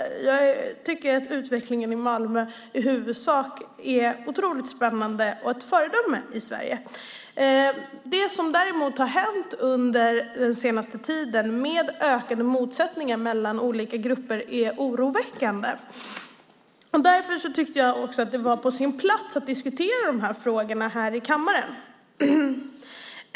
Jag tycker att utvecklingen i Malmö i huvudsak är spännande och ett föredöme i Sverige. Däremot är det som har hänt under den senaste tiden med ökade motsättningar mellan olika grupper oroväckande. Därför tyckte jag att det var på sin plats att diskutera dessa frågor i kammaren.